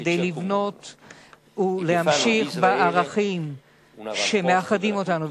כדי לבסס את הערכים המאחדים אותנו,